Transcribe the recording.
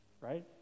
right